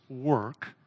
work